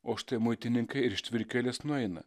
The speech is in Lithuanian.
o štai muitininkai ir ištvirkėlės nueina